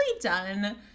done